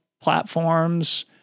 platforms